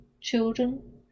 children